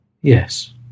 Yes